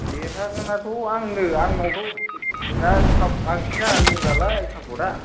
देरहागोनाथ' आंनो आंनावथ' दा सा बांसिन जानानै दं नालाय चापर्टया